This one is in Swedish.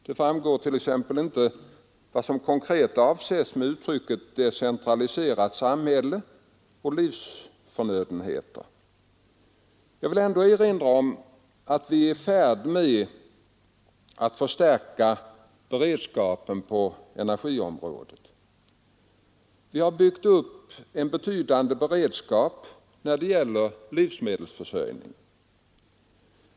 Det framgår t.ex. inte vad som konkret avses med uttrycken ”decentraliserat samhälle” och ”livsförnödenheter”. Jag vill ändå erinra om att vi är i färd med att förstärka beredskapen på energiområdet. Vi har byggt upp en betryggande beredskap när det gäller livsmedelsförsörjningen.